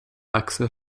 axel